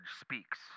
speaks